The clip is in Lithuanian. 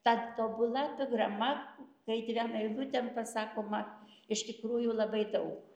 tad tobulaepigrama kai dviem eilutėm pasakoma iš tikrųjų labai daug